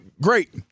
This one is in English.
great